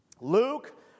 Luke